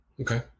Okay